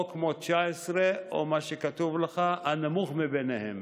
או כמו 2019 או מה שכתוב לך, הנמוך מביניהם,